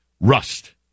rust